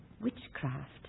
witchcraft